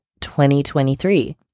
2023